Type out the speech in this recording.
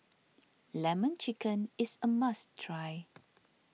Lemon Chicken is a must try